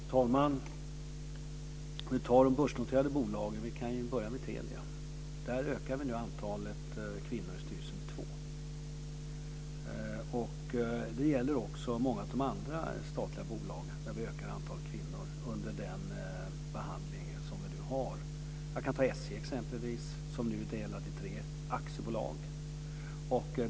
Fru talman! Om vi tittar på de börsnoterade företagen kan vi börja med Telia. Där ökar vi nu antalet kvinnor i styrelsen med två. Vi ökar också antalet kvinnor i många av de andra statliga bolagen under den behandling som nu sker. Vi kan t.ex. ta SJ som nu är delat i tre aktiebolag.